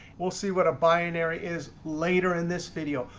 we'll see what a binary is later in this video.